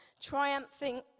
triumphing